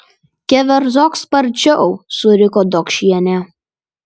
keverzok sparčiau suriko dokšienė